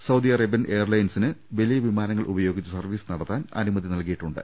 Saudi Arabian എയർലൈൻസിന് വലിയ വിമാനങ്ങൾ ഉപയോഗിച്ച് സർവീസ് നട ത്താൻ അനുമതി നൽകിയിട്ടുണ്ട്